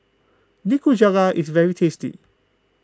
Nikujaga is very tasty